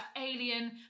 alien